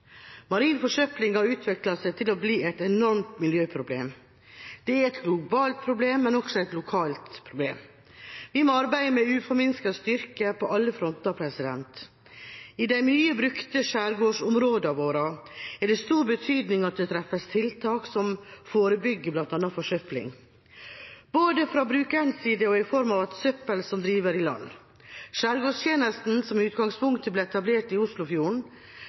Marin forsøpling har utviklet seg til å bli et enormt miljøproblem. Det er et globalt problem, men også et lokalt problem. Vi må arbeide med uforminsket styrke på alle fronter. I de mye brukte skjærgårdsområdene våre er det av stor betydning at det treffes tiltak som forebygger bl.a. forsøpling, både fra brukernes side og i form av søppel som driver i land. Skjærgårdstjenesten, som i utgangspunktet ble etablert i